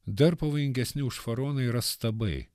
dar pavojingesni už faraoną yra stabai